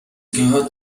gehört